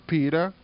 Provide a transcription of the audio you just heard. Peter